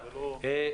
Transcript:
זאת לא מטרתנו.